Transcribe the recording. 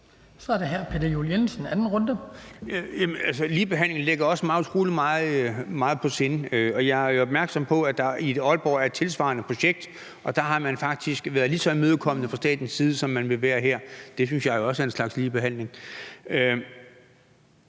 mig utrolig meget på sinde, og jeg er opmærksom på, at der i Aalborg er et tilsvarende projekt, og der har man faktisk været lige så imødekommende fra statens side, som man vil være her. Det synes jeg også er en slags ligebehandling.